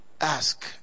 Ask